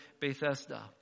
Bethesda